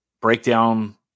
breakdown